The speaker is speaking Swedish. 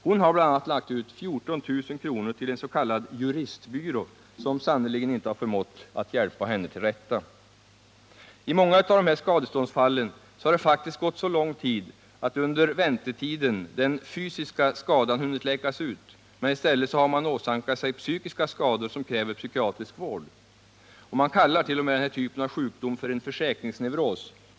Hon har bl.a. lagt ut 14 000 kr. till en s.k. juristbyrå, som sannerligen inte har förmått att hjälpa henne till rätta. I många av dessa skadeståndsfall har väntetiden faktiskt blivit så lång att den fysiska skadan hunnit läkas ut — men i stället har den drabbade åsamkats psykiska skador som kräver psykiatrisk vård. Man kallar t.o.m. den här typen av sjukdom för försäkringsneuros.